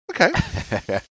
Okay